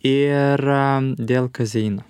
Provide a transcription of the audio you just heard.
ir dėl kazeino